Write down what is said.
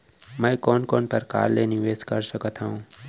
मैं कोन कोन प्रकार ले निवेश कर सकत हओं?